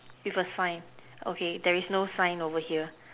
with a sign okay there is no sign over here